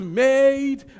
made